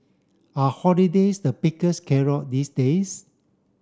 are holidays the biggest carrot these days